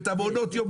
את מעונות היום,